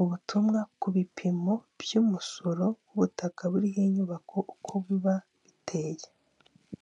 ubutumwa ku bipimo by'umusoro w'ubutaka buriho nyubako uko biba biteye.